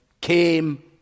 came